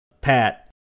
Pat